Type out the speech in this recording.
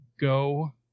go